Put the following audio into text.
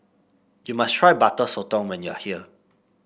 you must try Butter Sotong when you are here